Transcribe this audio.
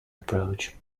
approach